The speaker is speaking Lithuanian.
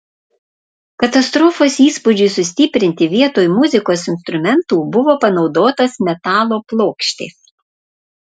katastrofos įspūdžiui sustiprinti vietoj muzikos instrumentų buvo panaudotos metalo plokštės